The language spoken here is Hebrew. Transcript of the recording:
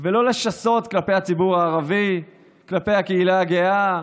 ולא לשסות כלפי הציבור הערבי, כלפי הקהילה הגאה,